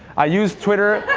i used twitter.